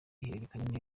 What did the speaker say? ihererekanya